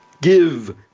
give